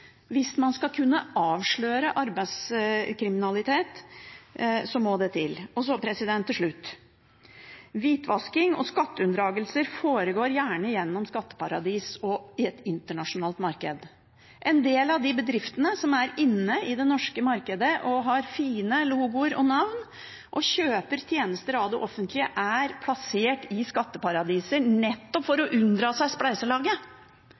til. Til slutt: Hvitvasking og skatteunndragelser foregår gjerne gjennom skatteparadis og i et internasjonalt marked. En del av de bedriftene som er inne i det norske markedet, som har fine logoer og navn og kjøper tjenester av det offentlige, er plassert i skatteparadiser nettopp for å unndra seg spleiselaget.